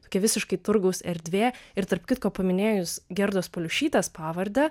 tokia visiškai turgaus erdvė ir tarp kitko paminėjus gerdos paliušytės pavardę